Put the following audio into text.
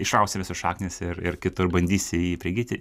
išrausi visos šaknys ir ir kitur bandysi jį prigyti